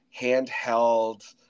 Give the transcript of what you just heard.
handheld